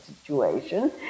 situation